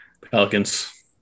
Pelicans